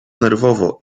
nerwowo